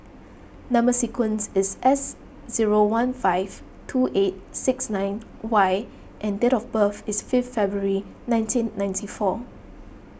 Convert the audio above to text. Number Sequence is S zero one five two eight six nine Y and date of birth is fifth February nineteen ninety four